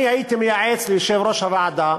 אני הייתי מייעץ ליושב-ראש הוועדה